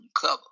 cover